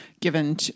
given